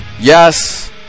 Yes